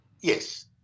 Yes